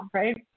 right